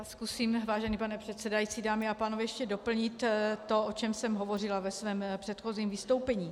Tak já zkusím, vážený pane předsedající, dámy a pánové, ještě doplnit to, o čem jsem hovořila ve svém předchozím vystoupení.